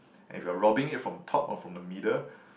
if you're robbing it from top or from the middle